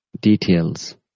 details